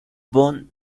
bond